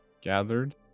gathered